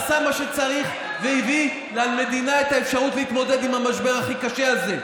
עשה מה שצריך והביא למדינה את האפשרות להתמודד עם המשבר הכי קשה הזה.